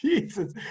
Jesus